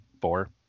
four